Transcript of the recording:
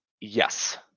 Yes